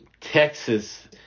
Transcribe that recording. Texas